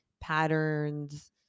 patterns